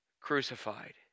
crucified